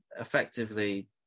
effectively